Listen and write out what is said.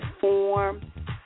form